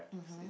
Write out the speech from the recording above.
mmhmm